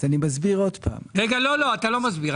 על מה אתה מדבר?